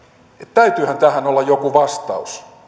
täytyyhän tähän olla jokin vastaus